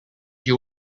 you